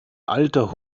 alter